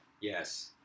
Yes